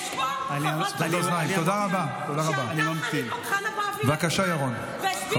שעלתה חנה בבלי לדוכן והסבירה לי כמה אנחנו מסיתים.